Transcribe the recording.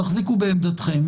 תחזיקו בעמדתכם,